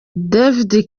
david